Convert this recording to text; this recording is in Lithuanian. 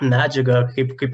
medžiagą kaip kaip